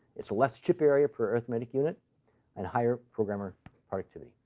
it's less chip area for arithmetic unit and higher programmer productivity.